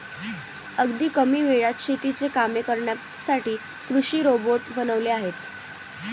अगदी कमी वेळात शेतीची कामे करण्यासाठी कृषी रोबोट बनवले आहेत